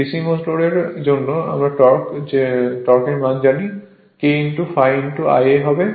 DC মোটরের জন্য আমরা টর্ক জানি K ∅ Ia হবে